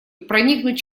проникнуть